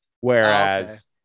Whereas